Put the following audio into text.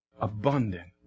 abundant